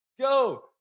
go